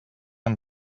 amb